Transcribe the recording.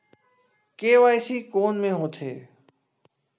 KYC कोन में होथे?